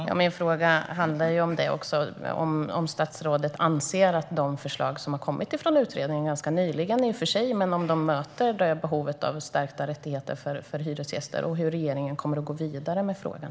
Herr talman! Min fråga handlar även om huruvida statsrådet anser att de förslag som har kommit från utredningen - ganska nyligen, i och för sig - möter behovet av stärkta rättigheter för hyresgäster och hur regeringen kommer att gå vidare med frågan.